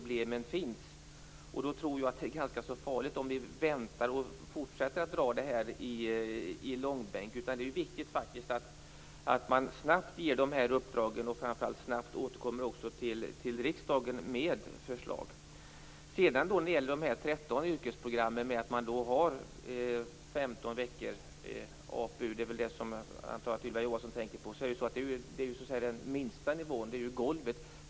Jag tror att det är ganska farligt om vi väntar och fortsätter att dra detta i långbänk. Det är viktigt att man snabbt ger de här uppdragen och framför allt att man snabbt återkommer till riksdagen med förslag. Sedan gäller det de 13 yrkesprogram där man har 15 veckor APU. Jag antar att det är det som Ylva Johansson tänker på. Det är ju den minsta nivån. Det är ju golvet.